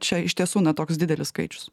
čia iš tiesų na toks didelis skaičius